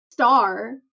star